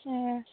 ए